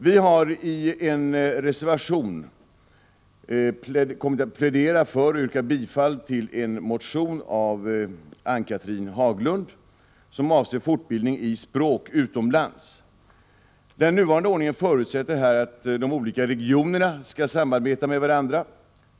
Vi har i en reservation kommit att plädera för och yrka bifall till en motion av Ann-Cathrine Haglund. Den avser fortbildning i språk utomlands. Den nuvarande ordningen förutsätter att de olika regionerna skall samarbeta med varandra.